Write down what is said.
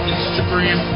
Instagram